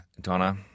Donna